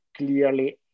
clearly